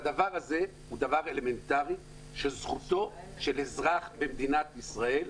זה דבר אלמנטרי שהוא זכות אלמנטרית של אזרח בישראל.